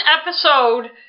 episode